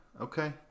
Okay